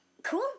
Cool